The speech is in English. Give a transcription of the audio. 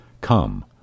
Come